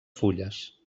fulles